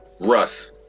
Russ